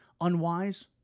unwise